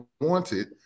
wanted